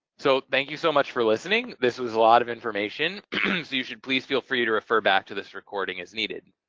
so thank you so much for listening. this was a lot of information, so you should please feel free to refer back to this recording as needed.